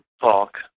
talk